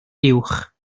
uwch